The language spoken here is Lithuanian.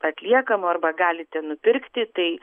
atliekamų arba galite nupirkti tai